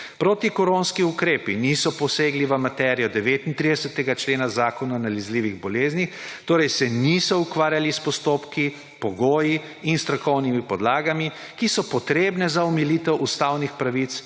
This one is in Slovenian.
Protikoronski ukrepi niso posegli v materijo 39. člena Zakona o nalezljivih boleznih, torej se niso ukvarjali s postopki, pogoji in strokovnimi podlagami, ki so potrebne za omilitev ustavnih pravic,